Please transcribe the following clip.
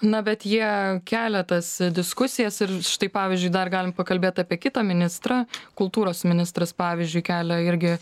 na bet jie kelia tas diskusijas ir štai pavyzdžiui dar galim pakalbėt apie kitą ministrą kultūros ministras pavyzdžiui kelia irgi